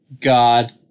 God